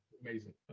Amazing